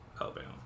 Alabama